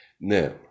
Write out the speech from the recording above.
Now